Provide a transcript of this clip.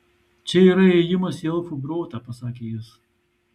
čia yra įėjimas į elfų grotą pasakė jis